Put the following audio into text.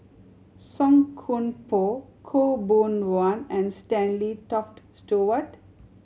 Song Koon Poh Khaw Boon Wan and Stanley Toft Stewart